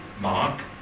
Mark